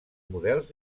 models